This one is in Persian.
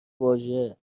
واژه